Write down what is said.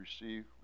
receive